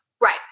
Right